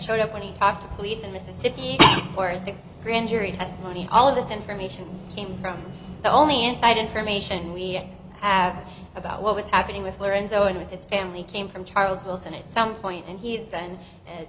showed up when he talked to police in mississippi where the grand jury testimony all of that information came from the only and find information we have about what was happening with lorenzo and with his family came from charles wilson it some point and he